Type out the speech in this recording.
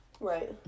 right